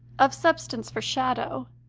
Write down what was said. of substance for shadow,